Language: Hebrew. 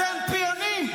אתם פיונים.